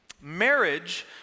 marriage